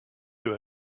you